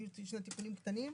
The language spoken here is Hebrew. היו שני תיקונים קטנים,